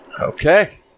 Okay